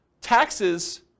taxes